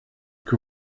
que